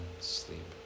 sleep